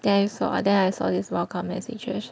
then I saw then I saw these welcome messages